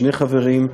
שני חברים,